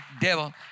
devil